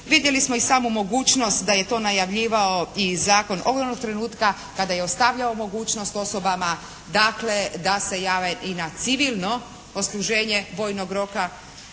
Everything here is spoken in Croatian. Vidjeli smo i samu mogućnost da je to najavljivao i zakon od onog trenutka kada je ostavljao mogućnost osobama. Dakle, da se jave i na civilno odsluženje vojnog roka.